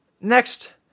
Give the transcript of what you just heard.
Next